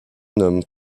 nomme